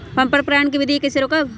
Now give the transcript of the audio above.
पर परागण केबिधी कईसे रोकब?